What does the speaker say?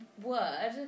word